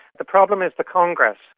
the problem is the congress.